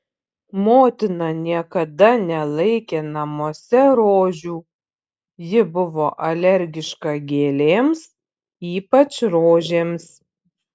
motina niekada nelaikė namuose rožių ji buvo alergiška gėlėms ypač rožėms